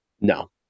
no